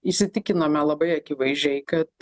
įsitikinome labai akivaizdžiai kad